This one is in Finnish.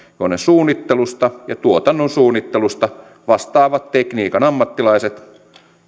tuotannon suunnittelusta ja tuotannon suunnittelusta vastaavat tekniikan ammattilaiset